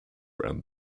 round